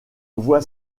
voie